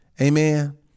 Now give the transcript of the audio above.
Amen